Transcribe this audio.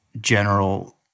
general